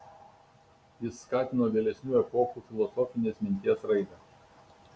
jis skatino vėlesnių epochų filosofinės minties raidą